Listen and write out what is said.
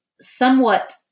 somewhat